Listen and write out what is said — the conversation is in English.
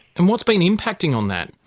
and what's been impacting on that?